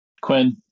Quinn